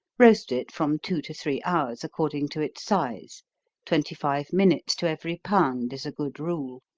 roast it from two to three hours, according to its size twenty-five minutes to every pound, is a good rule.